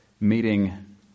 meeting